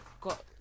got